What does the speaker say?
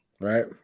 right